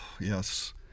yes